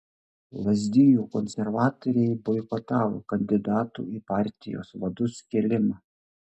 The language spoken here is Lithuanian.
lazdijų konservatoriai boikotavo kandidatų į partijos vadus kėlimą